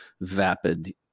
vapid